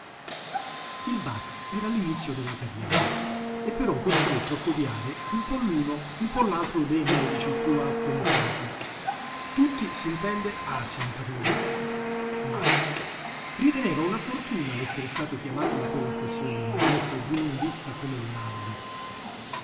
il bax era all'inizio della carriera e però costretto a codiare un po l'uno un po l'altro dei medici più accontati tutti s'intende asini per lui mah riteneva una fortuna l'essere stato chiamato in quell'occasione al letto d'uno in vista come il naldi